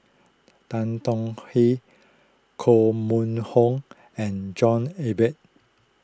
Tan Tong Hye Koh Mun Hong and John Eber